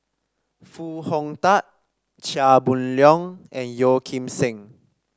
Foo Hong Tatt Chia Boon Leong and Yeo Kim Seng